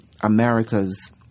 America's